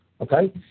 Okay